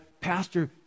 pastor